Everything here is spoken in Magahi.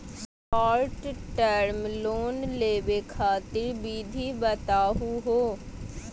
शार्ट टर्म लोन लेवे खातीर विधि बताहु हो?